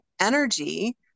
energy